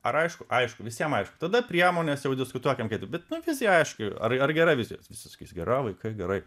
ar aišku aišku visiem aišku tada priemones jau diskutuokim bet vizija aišku ar ar gera vizijos visi sakys gera vaikai gerai